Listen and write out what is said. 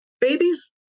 babies